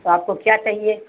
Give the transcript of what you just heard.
तो आपको क्या चाहिए